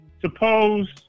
Suppose